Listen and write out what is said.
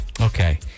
Okay